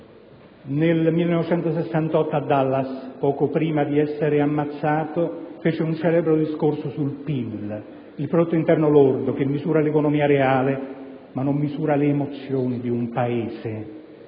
Nel 1968 a Dallas, poco prima di essere ammazzato, fece un celebre discorso sul prodotto interno lordo, che misura l'economia reale, ma non misura le emozioni di un Paese.